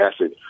acid